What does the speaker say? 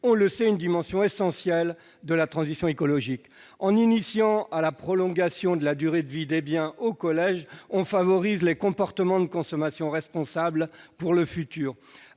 constitue une dimension essentielle de la transition écologique. En initiant les collégiens au prolongement de la durée de vie des biens, on favorisera les comportements de consommation responsables pour le futur,